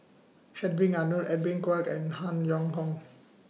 Hedwig Anuar Edwin Koek and Han Yong Hong